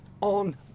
on